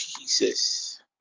Jesus